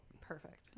Perfect